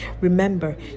Remember